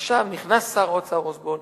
עכשיו נכנס שר האוצר אוסבורן,